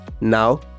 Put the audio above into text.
Now